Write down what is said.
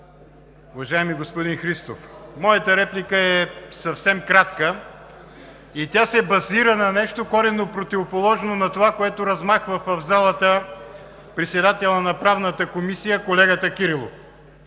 Уважаеми господин Христов, моята реплика е съвсем кратка и се базира на нещо коренно противоположно на това, което размахва в залата председателят на Правната комисия – колегата Кирилов.